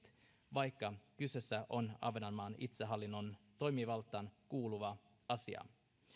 vaikka kyseessä on ahvenanmaan itsehallinnon toimivaltaan kuuluva asia